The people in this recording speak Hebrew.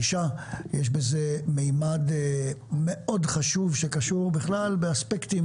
ויש בזה ממד מאוד חשוב שקשור באספקטים